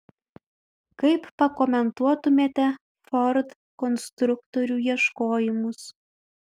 kaip pakomentuotumėte ford konstruktorių ieškojimus